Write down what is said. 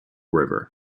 river